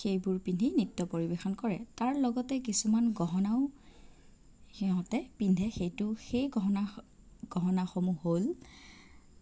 সেইবোৰ পিন্ধি নৃত্য পৰিবেশন কৰে তাৰ লগতে কিছুমান গহনাও সিহঁতে পিন্ধে সেইটো সেই গহনা গহনাসমূহ হ'ল